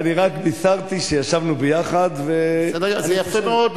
אני רק בישרתי שישבנו ביחד, זה יפה מאוד.